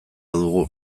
dugu